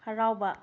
ꯍꯔꯥꯎꯕ